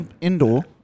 indoor